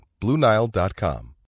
BlueNile.com